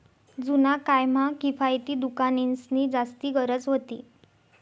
जुना काय म्हा किफायती दुकानेंसनी जास्ती गरज व्हती